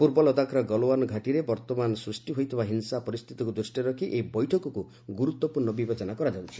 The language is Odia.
ପୂର୍ବ ଲଦାଖର ଗଲୱାନ ଘାଟୀରେ ବର୍ତ୍ତମାନ ସୃଷ୍ଟି ହୋଇଥିବା ହିଂସା ପରିସ୍ତିତିକୁ ଦୃଷ୍ଟିରେ ରଖି ଏହି ବୈଠକକୁ ଗୁରୁତ୍ୱପୂର୍ଣ୍ଣ ବିବେଚନା କରାଯାଉଛି